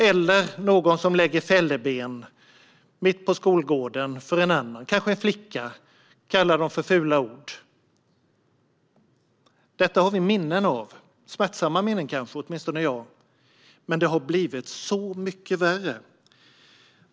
Eller så kan det vara någon som mitt på skolgården lägger fälleben, kanske för en flicka som kallas för fula ord. Detta har vi smärtsamma minnen av, åtminstone jag, men det har blivit så mycket värre.